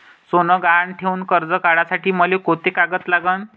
सोनं गहान ठेऊन कर्ज काढासाठी मले कोंते कागद लागन?